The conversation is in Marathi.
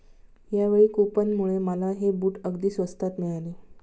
यावेळी कूपनमुळे मला हे बूट अगदी स्वस्तात मिळाले